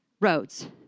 Roads